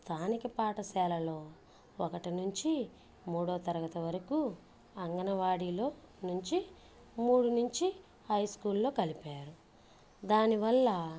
స్థానిక పాఠశాలలో ఒక్కటి నుంచి మూడో తరగతి వరకు అంగనవాడిలో నుంచి మూడు నుంచి హై స్కూల్లో కలిపారు దాని వల్ల